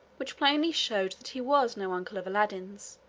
which plainly showed that he was no uncle of aladdin's,